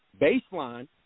baseline